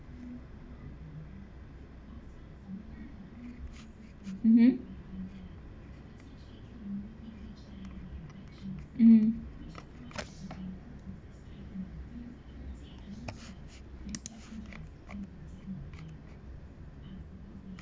mmhmm mm